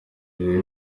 iyi